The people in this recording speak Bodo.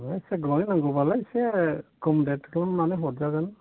अ इसे गोबाङै नांगौबालाय एसे खम रेट खालामनानै हरजागोन